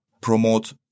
promote